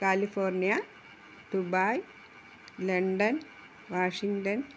California Dubai London Washington